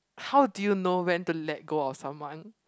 how do you know when to let go of someone